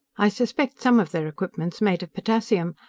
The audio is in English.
i suspect some of their equipment's made of potassium,